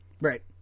Right